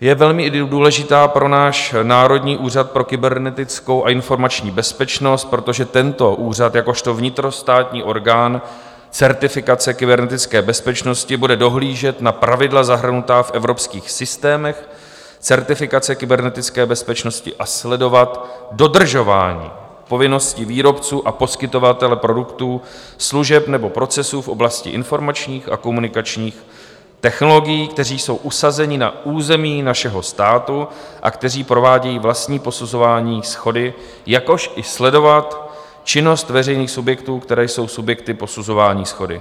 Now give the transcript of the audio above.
Je velmi důležitá pro náš Národní úřad pro kybernetickou a informační bezpečnost, protože tento úřad jakožto vnitrostátní orgán certifikace kybernetické bezpečnosti bude dohlížet na pravidla zahrnutá v evropských systémech certifikace kybernetické bezpečnosti a sledovat dodržování povinností výrobců a poskytovatele produktů, služeb nebo procesů v oblasti informačních a komunikačních technologií, kteří jsou usazeni na území našeho státu a kteří provádějí vlastní posuzování shody, jakož i sledovat činnost veřejných subjektů, které jsou subjekty posuzování shody.